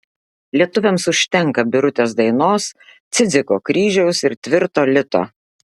lietuviams užtenka birutės dainos cidziko kryžiaus ir tvirto lito